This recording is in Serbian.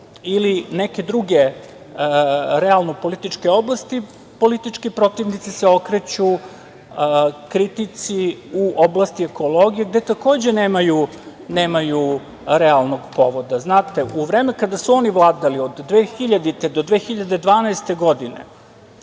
ili neke druge realno političke oblasti, politički protivnici se okreću kritici u oblasti ekologije gde takođe nemaju realnog povoda.U vreme kada su oni vladali, od 2000. do 2012. godine